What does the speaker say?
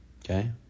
Okay